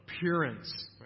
appearance